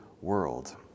world